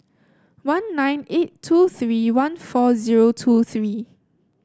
one nine eight two three one four zero two three